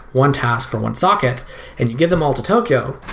one task for one socket and you give them all to tokio.